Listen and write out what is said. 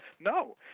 No